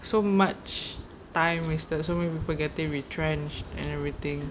so much time wasted so many people getting retrenched and everything